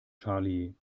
charlie